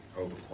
over